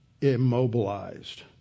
immobilized